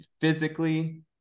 physically